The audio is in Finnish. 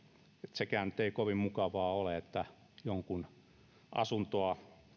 sekään nyt ei kovin mukavaa ole että jonkun asuntoa